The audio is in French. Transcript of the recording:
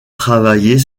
travailler